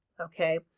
Okay